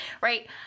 right